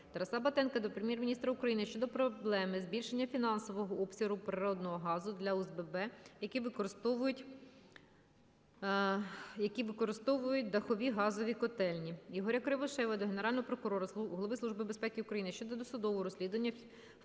Тараса Батенка до Прем'єр-міністра України щодо проблеми збільшення фінансового обсягу природного газу для ОСББ, які використовують дахові газові котельні. Ігоря Кривошеєва до Генерального прокурора, Голови Служби безпеки України щодо досудового розслідування фактів